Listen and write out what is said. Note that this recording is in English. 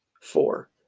Four